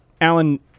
Alan